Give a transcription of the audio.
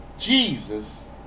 Jesus